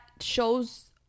shows